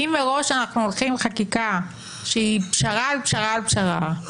אם מראש אנחנו הולכים לחקיקה שהיא פשרה על פשרה על פשרה,